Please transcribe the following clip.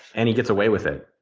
and he gets away with it.